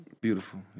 beautiful